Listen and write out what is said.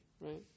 right